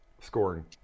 scoring